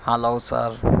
hello sir